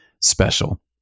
special